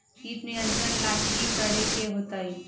किट नियंत्रण ला कि करे के होतइ?